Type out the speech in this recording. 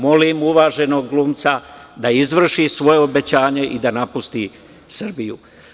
Molim uvaženog glumca da izvrši svoje obećanje i da napusti Srbiju.